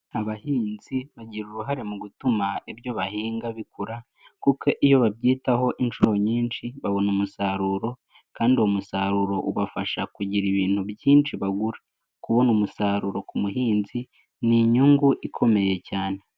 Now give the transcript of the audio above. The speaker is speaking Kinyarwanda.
Abahinzi bagira uruhare mu gutuma ibyo bahinga bikura kuko iyo babyitaho inshuro nyinshi babona umusaruro, kandi uwo umusaruro ubafasha kugira ibintu byinshi bagura, kubona umusaruro ku muhinzi ni inyungu ikomeye cyane.